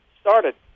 started